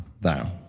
thou